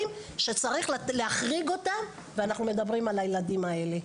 שצריך להחריג אותם ואנחנו מדברים על הילדים האלה.